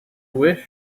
wish